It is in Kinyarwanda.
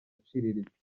aciriritse